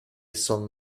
son